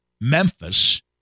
Memphis